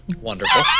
Wonderful